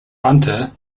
hunter